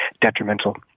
detrimental